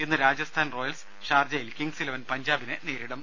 ഇന്ന് രാജസ്ഥാൻ റോയൽസ് ഷാർജയിൽ Kings Eleven പഞ്ചാബിനെ നേരിടും